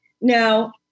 Now